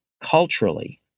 culturally